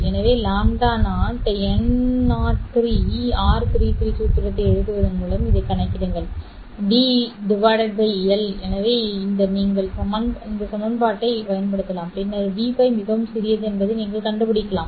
எனவே λ0 n30r33 சூத்திரத்தை எழுதுவதன் மூலம் இதைக் கணக்கிடுங்கள் d L எனவே நீங்கள் இந்த சமன்பாட்டைப் பயன்படுத்தலாம் பின்னர் Vπ மிகவும் சிறியது என்பதை நீங்கள் கண்டுபிடிக்கலாம்